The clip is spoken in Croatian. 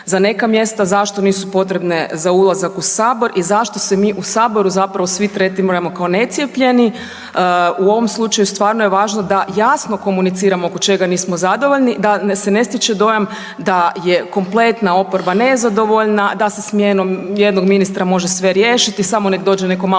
za neka mjesta, zašto nisu potrebne za ulazak u Sabor i zašto se mi u Saboru zapravo svi tretiramo kao necijepljeni, u ovom slučaju stvarno je važno da jasno komuniciramo oko čega nismo zadovoljni, da se ne stiče dojam da je kompletna oporba nezadovoljna, da se smjenom jednog ministra može sve riješiti, samo nek dođe neko malo